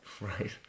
right